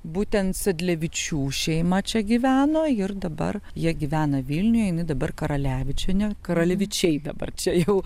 būtent sadlevičių šeima čia gyveno ir dabar jie gyvena vilniuj jinai dabar karalevičienė karalevičiai dabar čia jau